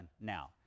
now